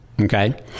Okay